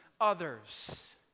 others